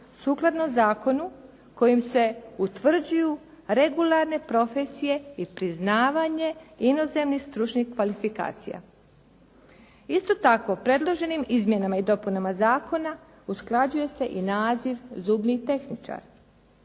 sukladno zakonu kojim se utvrđuju regularne profesije i priznavanje inozemnih stručnih kvalifikacija. Isto tako, predloženim izmjenama i dopunama zakona usklađuje se i naziv zubni tehničar.